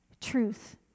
truth